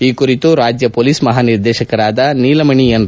ಈ ಕುರಿತು ರಾಜ್ಯ ಪೊಲೀಸ್ ಮಹಾನಿರ್ದೇಶಕರಾದ ನೀಲಮಣಿ ಎನ್